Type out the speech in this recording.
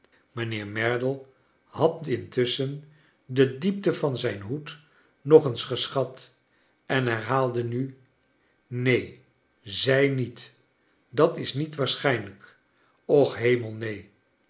mijnheer merdle had intusschen de diepte van zijn hoed nog eens geschat en herhaalde nu neen z ij niet dat is niet waarschijnlijk och hemel neen